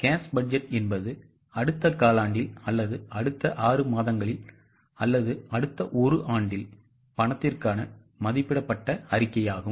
Cash budget என்பது அடுத்த காலாண்டில் அல்லது அடுத்த 6 மாதங்களில் அல்லது அடுத்த 1 ஆண்டில் பணத்திற்கான மதிப்பிடப்பட்ட அறிக்கையாகும்